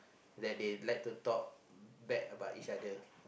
that they like to talk bad about each other